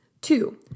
Two